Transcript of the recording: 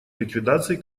ликвидации